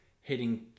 hitting